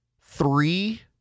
three